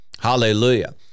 hallelujah